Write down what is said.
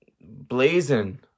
blazing